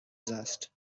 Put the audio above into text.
zest